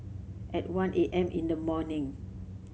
at one A M in the morning